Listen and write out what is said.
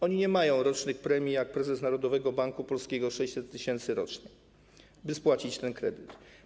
One nie mają rocznych premii, jak prezes Narodowego Banku Polskiego, 600 tys. rocznie, by spłacić ten kredyt.